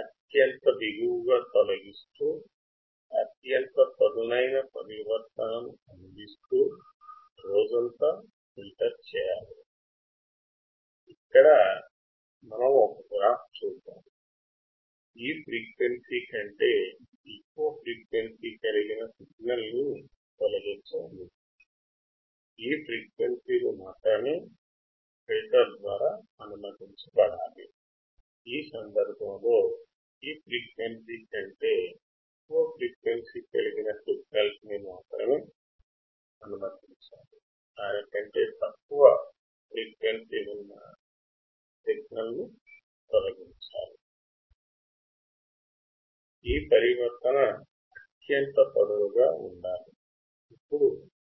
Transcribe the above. అత్యంత బిగువుగా తొలగిస్తూ అత్యంత పదునైన పరివర్తనను అందిస్తూ మరియు పరిధి దాటిన పౌనఃపున్యాలు ఫిల్టర్ చేయబడాలి